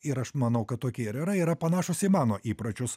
ir aš manau kad tokie ir yra yra panašūs į mano įpročius